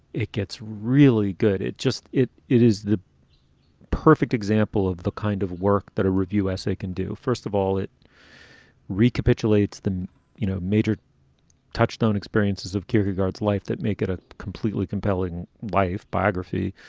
it gets really good. it just it it is the perfect example of the kind of work that a review essay can do. first of all, it recapitulates the you know major touchstone experiences of character, guards' life that make it a completely compelling life biography.